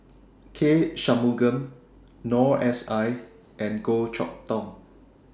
K Shanmugam Noor S I and Goh Chok Tong